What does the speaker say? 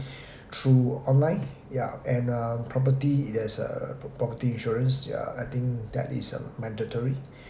through online ya and uh property there's a pro~ property insurance I think that is uh mandatory